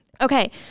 Okay